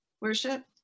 worship